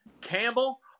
Campbell